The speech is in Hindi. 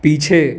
पीछे